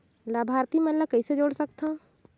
लाभार्थी मन ल कइसे जोड़ सकथव?